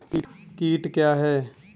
कीट क्या है?